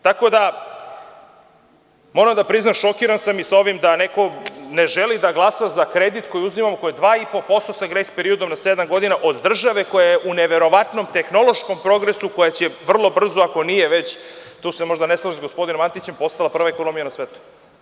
Tako da, moram da priznam šokiran sam i sa ovim da neko ne želi da glasa za kredit koji uzimamo, koji je 2,5% ,sa grejs periodom na sedam godina od države koja je u neverovatnom tehnološkom progresu, koja će vrlo brzo, ako nije već, tu se možda ne slažem gospodinom Antićem, postala prva ekonomija na svetu.